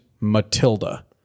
Matilda